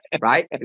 right